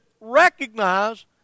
recognize